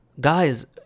guys